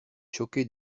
choqué